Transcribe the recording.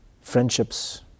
friendships